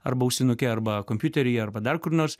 arba ausinuke arba kompiuteryje arba dar kur nors